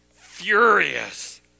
furious